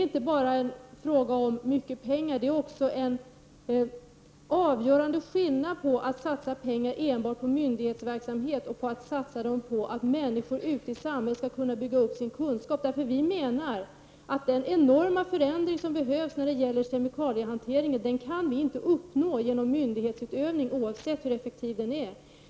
Visst är det mycket pengar, men det är också en avgörande skillnad mellan att satsa pengar enbart på myndighetsverksamhet och att satsa pengar på att ge människor i samhället möjlighet att bygga upp sin kunskap. Den enorma förändring som behövs i fråga om kemikaliehantering kan nämligen inte uppnås genom myndighetsutövning oavsett hur effektiv den är.